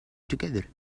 together